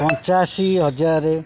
ପଞ୍ଚାଅଶୀ ହଜାର